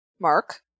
Mark